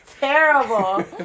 Terrible